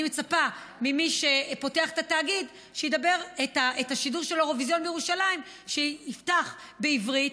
אני מצפה ממי שפותח את השידור של האירוויזיון בירושלים שיפתח בעברית.